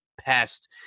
pest